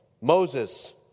Moses